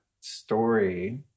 story